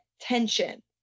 tension